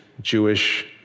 Jewish